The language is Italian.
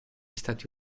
stati